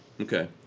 okay